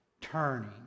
Turning